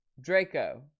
draco